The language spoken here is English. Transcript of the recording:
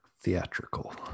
theatrical